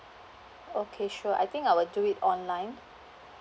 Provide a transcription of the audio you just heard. okay sure I think I will do it online